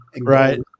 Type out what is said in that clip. Right